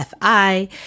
FI